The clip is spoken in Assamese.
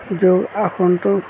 যোগাসনটো